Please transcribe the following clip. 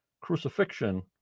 crucifixion